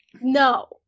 no